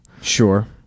Sure